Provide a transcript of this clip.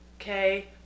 okay